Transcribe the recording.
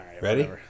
ready